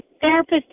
therapist